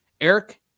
Eric